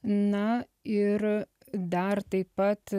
na ir dar taip pat